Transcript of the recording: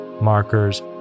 markers